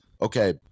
okay